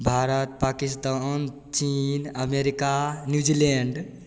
भारत पाकिस्तान चीन America New Zealand